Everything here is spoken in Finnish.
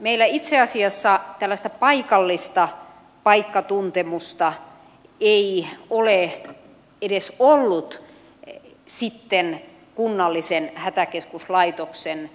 meillä itse asiassa tällaista paikallista paikkatuntemusta ei ole edes ollut sitten kunnallisen hätäkeskuslaitoksen